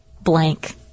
blank